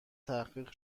تحقیق